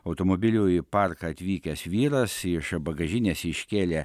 automobiliu į parką atvykęs vyras iš bagažinės iškėlė